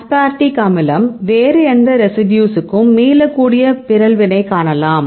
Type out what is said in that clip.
aspartic அமிலம் வேறு எந்த ரெசிடியூஸ்க்கும் மீளக்கூடிய பிறழ்வினை காணலாம்